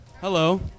Hello